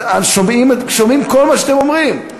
שומעים כל מה שאתם אומרים.